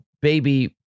baby